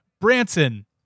Branson